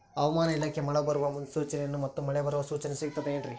ಹವಮಾನ ಇಲಾಖೆ ಮಳೆ ಬರುವ ಮುನ್ಸೂಚನೆ ಮತ್ತು ಮಳೆ ಬರುವ ಸೂಚನೆ ಸಿಗುತ್ತದೆ ಏನ್ರಿ?